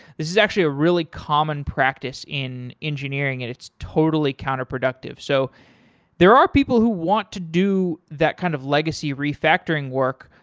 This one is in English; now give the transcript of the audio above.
this is actually a really common practice in engineering and it's totally counterproductive. so there are people who want to do that kind of legacy re-factoring work.